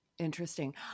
Interesting